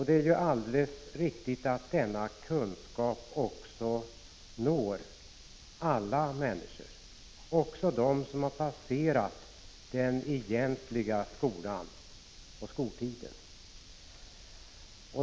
Det är ju då rimligt och riktigt att denna kunskap når alla människor, även dem som passerat skoltiden.